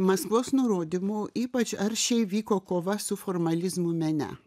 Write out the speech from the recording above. maskvos nurodymu ypač aršiai vyko kova su formalizmu mene